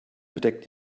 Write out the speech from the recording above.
bedeckt